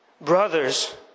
Brothers